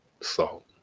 salt